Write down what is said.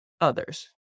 others